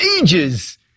ages